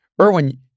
Erwin